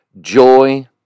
joy